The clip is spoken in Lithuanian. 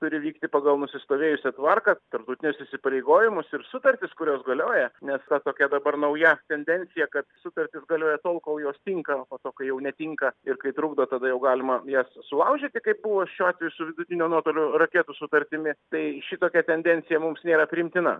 turi vykti pagal nusistovėjusią tvarką tarptautinius įsipareigojimus ir sutartis kurios galioja nes va tokia dabar nauja tendencija kad sutartys galioja tol kol jos tinka o po to kai jau netinka ir kai trukdo tada jau galima jas sulaužyti kaip buvo šiuo atveju su vidutinio nuotolio raketų sutartimi tai šitokia tendencija mums nėra priimtina